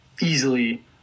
easily